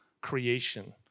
creation